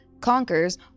conquers